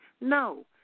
No